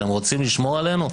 אתם רוצים לשמור עלינו,